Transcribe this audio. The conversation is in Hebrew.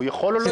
הוא יכול או לא?